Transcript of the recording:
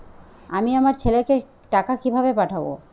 আমি আমার ছেলেকে টাকা কিভাবে পাঠাব?